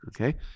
okay